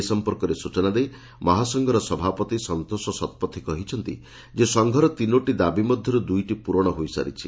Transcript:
ଏ ସଂପର୍କରେ ସ୍ବଚନା ଦେଇ ମହାସଂଘର ସଭାପତି ସନ୍ତୋଷ ଶତପଥୀ କହିଛନ୍ତି ଯେ ସଂଘର ତିନୋଟି ଦାବି ମଧ୍ଧରୁ ଦୁଇଟି ପ୍ରରଣ ହୋଇସାରିଛି